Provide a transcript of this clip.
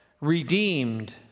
redeemed